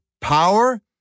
power